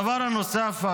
הדבר הנוסף,